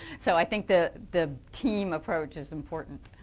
so i think the the team approach is important.